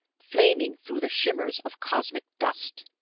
flaming through the shimmers of cosmic dust.